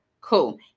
cool